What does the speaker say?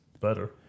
better